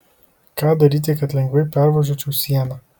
ką daryti kad lengvai pervažiuočiau sieną